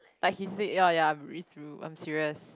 like he said oh ya it's true I'm serious